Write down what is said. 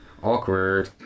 Awkward